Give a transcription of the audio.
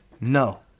No